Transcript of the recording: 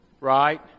right